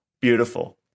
beautiful